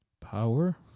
power